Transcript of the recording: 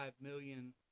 million